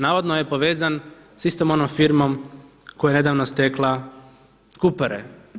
Navodno je povezan sa istom onom firmom koja je nedavno stekla Kupare.